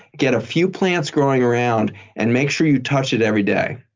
get a few plants going around and make sure you touch it every day.